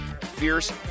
fierce